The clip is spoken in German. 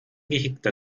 gehegter